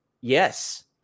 yes